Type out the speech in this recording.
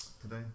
today